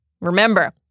remember